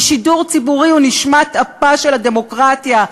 כי שידור ציבורי הוא נשמת אפה של הדמוקרטיה.